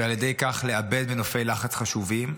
ועל ידי כך לאבד מנופי לחץ חשובים,